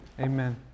Amen